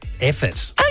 effort